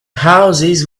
houses